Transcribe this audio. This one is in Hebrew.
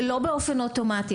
לא באופן אוטומטי,